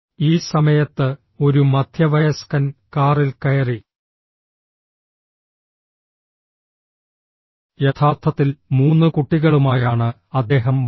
ഈ സമയത്ത് ഒരു മധ്യവയസ്കൻ കാറിൽ കയറി യഥാർത്ഥത്തിൽ മൂന്ന് കുട്ടികളുമായാണ് അദ്ദേഹം വന്നത്